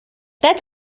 that